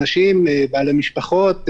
אנשים בעלי משפחות,